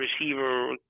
receiver